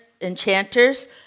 enchanters